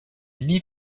need